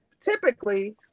typically